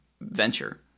venture